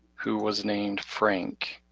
who was named frank,